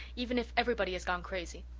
even if everybody has gone crazy.